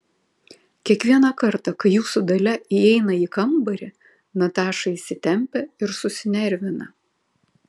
kiekvieną kartą kai jūsų dalia įeina į kambarį nataša įsitempia ir susinervina